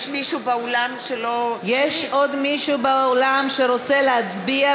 יש עוד מישהו באולם שרוצה להצביע,